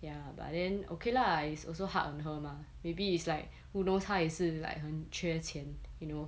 ya but then okay lah it's also hard on her mah maybe it's like who knows how 他也是 like 很缺钱 you know